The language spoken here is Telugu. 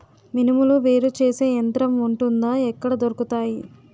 మినుములు వేరు చేసే యంత్రం వుంటుందా? ఎక్కడ దొరుకుతాయి?